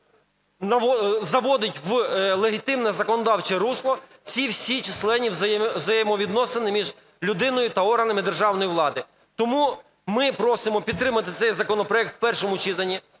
заводить в легітимне законодавче русло ці всі численні взаємовідносини між людиною та органами державної влади. Тому ми просимо підтримати цей законопроект в першому читанні.